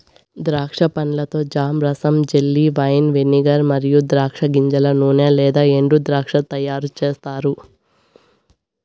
ద్రాక్ష పండ్లతో జామ్, రసం, జెల్లీ, వైన్, వెనిగర్ మరియు ద్రాక్ష గింజల నూనె లేదా ఎండుద్రాక్ష తయారుచేస్తారు